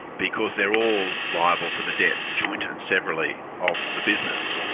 because they're all liable for the debt, joint and severally of the business.